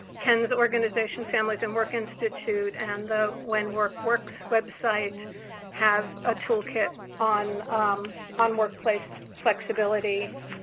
ken's organization, families and work institute, and the when work works website have a toolkit on on workplace flexibility.